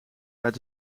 uit